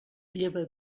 lleva